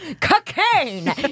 cocaine